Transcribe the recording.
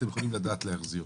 אתם יכולים לדעת להחזיר.